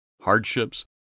hardships